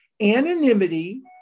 anonymity